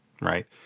right